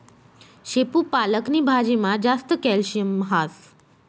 शेपू पालक नी भाजीमा जास्त कॅल्शियम हास